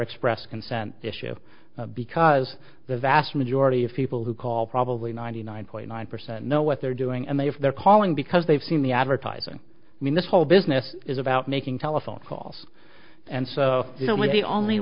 express consent issue because the vast majority of people who call probably ninety nine point nine percent know what they're doing and they if they're calling because they've seen the advertising i mean this whole business is about making telephone calls and so